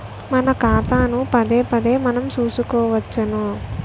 మన ఖాతాను పదేపదే మనం చూసుకోవచ్చును